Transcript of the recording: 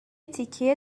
تیکه